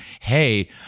hey